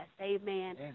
Amen